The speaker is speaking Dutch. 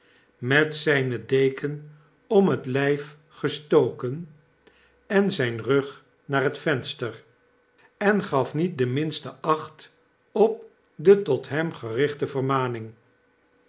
met zjjne deken om t lp gestoken en zjjn rug naar het venster en gaf niet de minste acht op de tot hem gerichte vermaning